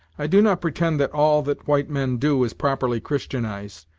i do not pretend that all that white men do, is properly christianized,